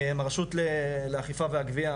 עם הרשות לאכיפה והגבייה,